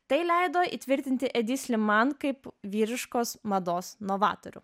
tai leido įtvirtinti edi sliman kaip vyriškos mados novatorių